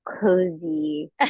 cozy